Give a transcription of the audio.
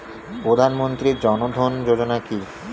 প্রধানমন্ত্রী জনধন যোজনা কি?